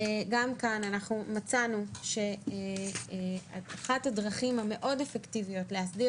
גם כאן מצאנו שאחת הדרכים המאוד אפקטיביות להסדיר